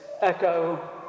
echo